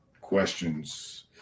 questions